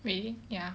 we ya